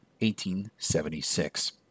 1876